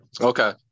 Okay